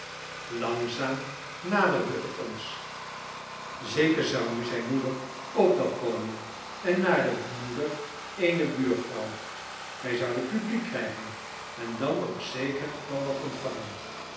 langzaam naderde het ons zeker zou nu zijn moeder ook wel komen en na de moeder eene buurvrouw wij zouden publiek krijgen en dan ook zeker wel wat ontvangen